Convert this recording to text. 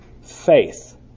faith